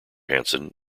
hanson